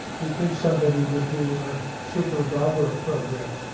you'd think somebody would do a super but super program